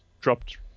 dropped